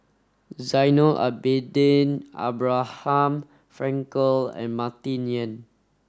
Zainal Abidin Abraham Frankel and Martin Yan